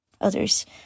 others